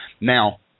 Now